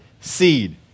seed